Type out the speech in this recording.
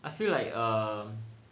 I feel like err